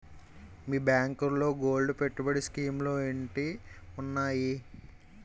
మీ బ్యాంకులో గోల్డ్ పెట్టుబడి స్కీం లు ఏంటి వున్నాయి?